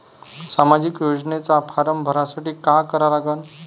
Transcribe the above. सामाजिक योजनेचा फारम भरासाठी का करा लागन?